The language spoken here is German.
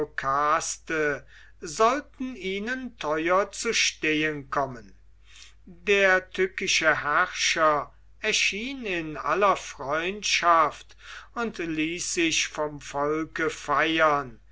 sollten ihnen teuer zu stehen kommen der tückische herrscher erschien in aller freundschaft und ließ sich vom volke feiern